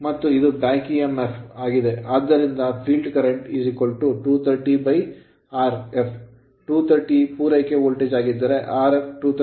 ಆದ್ದರಿಂದ field current field current 230 Rf 230 ಪೂರೈಕೆ voltage ಆಗಿದ್ದರೆ Rf 230 Ω ಆದ್ದರಿಂದ 230 230 1 Ampere ಆಂಪಿಯರ್